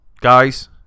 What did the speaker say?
Guys